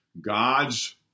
God's